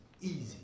easy